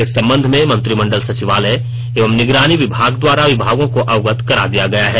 इस संबंध में मंत्रिमंडल सचिवालय एवं निगरानी विभाग द्वारा विभागों को अवगत करा दिया गया है